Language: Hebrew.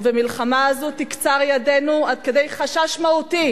ובמלחמה הזו תקצר ידנו עד כדי חשש מהותי